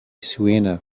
suena